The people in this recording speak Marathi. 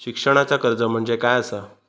शिक्षणाचा कर्ज म्हणजे काय असा?